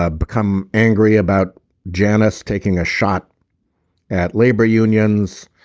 ah become angry about janice taking a shot at labor unions.